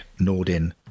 Nordin